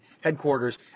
headquarters